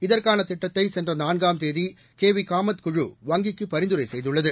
இதற்கான திட்டத்தை சென்ற நான்காம் தேதி கே வி காமத் குழு வங்கிக்கு பரிந்துரை செய்துள்ளது